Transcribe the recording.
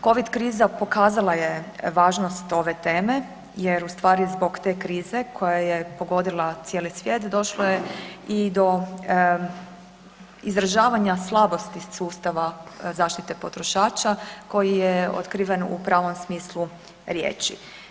Covid kriza pokazala je važnost ove teme, jer u stvari zbog te krize koja je pogodila cijeli svijet došlo je i do izražavanja slabosti sustava zaštite potrošača koji je otkriven u pravom smislu riječi.